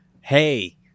Hey